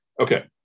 Okay